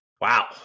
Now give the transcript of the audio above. Wow